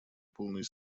полной